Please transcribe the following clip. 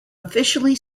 officially